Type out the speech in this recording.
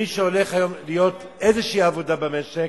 מי שהולך לאיזושהי עבודה במשק,